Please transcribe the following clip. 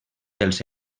dels